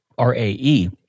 RAE